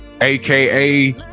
AKA